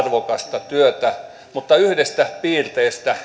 arvokasta työtä mutta yhdestä piirteestä